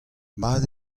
mat